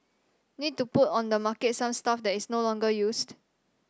need to put on the market some stuff that is no longer used